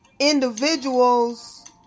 individuals